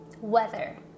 weather